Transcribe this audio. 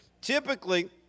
typically